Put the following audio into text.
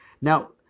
Now